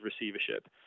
receivership